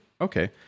okay